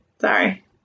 Sorry